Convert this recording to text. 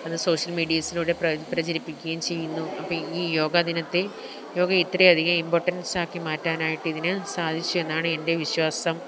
അത് സോഷ്യല് മീഡിയാസിലൂടെ പ്രചരിപ്പിക്കുകയും ചെയ്യുന്നു അപ്പോൾ ഈ യോഗ ദിനത്തെ യോഗയെ ഇത്രയും അധികം ഇമ്പോർട്ടന്സ് ആക്കി മാറ്റാനായിട്ട് ഇതിന് സാധിച്ചു എന്നാണ് എന്റെ വിശ്വാസം